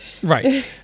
Right